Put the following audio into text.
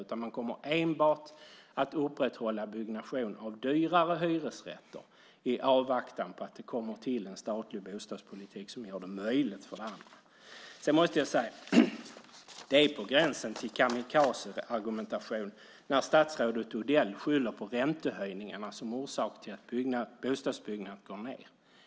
Man kommer att upprätthålla enbart byggnation av dyrare hyresrätter i avvaktan på att det kommer till en statlig bostadspolitik som gör det möjligt för andra. Det är på gränsen till kamikazeargumentation när statsrådet Odell skyller på räntehöjningarna som orsak till att bostadsbyggandet går ned.